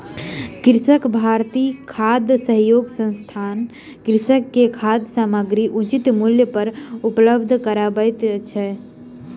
कृषक भारती खाद्य सहयोग संस्थान कृषक के खाद्य सामग्री उचित मूल्य पर उपलब्ध करबैत अछि